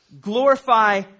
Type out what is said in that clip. glorify